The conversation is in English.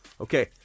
Okay